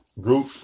group